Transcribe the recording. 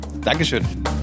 Dankeschön